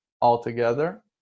altogether